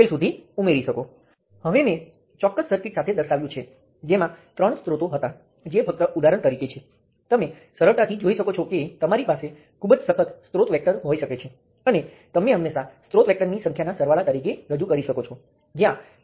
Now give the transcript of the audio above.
અગાઉ મેં દર્શાવેલ મહત્ત્વના મુદ્દાઓ બધા સ્રોતો સામેલ હોવા જોઈએ અને કોઈ સ્રોતને બે વાર હોવાં જોઈએ નહીં